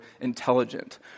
intelligent